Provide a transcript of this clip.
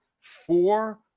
four